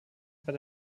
bei